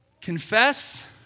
Confess